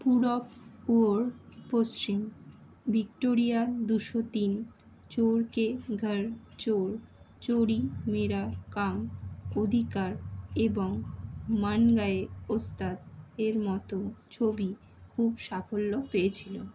Purab Aur Paschim Victoria দুশো তিন চোর কে ঘর চোর চোরি মেরা কাম অধিকার এবং মান গয়ে উস্তাদ এর মতো ছবি খুব সাফল্য পেয়েছিল